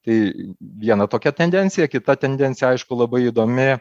tai viena tokia tendencija kita tendencija aišku labai įdomi